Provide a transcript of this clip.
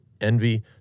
envy